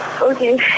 Okay